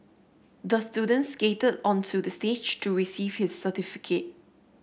the student skated onto the stage to receive his certificate